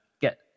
get